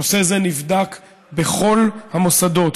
נושא זה נבדק בכל המוסדות,